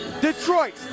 Detroit